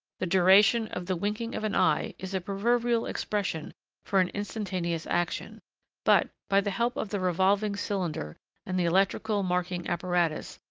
the duration of the winking of an eye is a proverbial expression for an instantaneous action but, by the help of the revolving cylinder and the electrical marking-apparatus,